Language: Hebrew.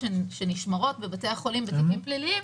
שנשמרות בבתי החולים בתיקים פליליים,